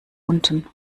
unten